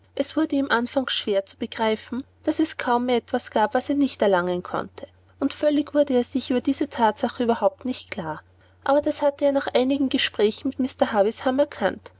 es wurde ihm anfangs schwer zu begreifen daß es kaum mehr etwas gab was er nicht erlangen konnte und völlig wurde er sich über diese thatsache überhaupt nicht klar das aber hatte er nach einigen gesprächen mit mr havisham erkannt